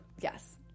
Yes